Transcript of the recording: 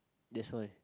that's why